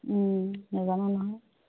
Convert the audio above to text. নেজানো নহয়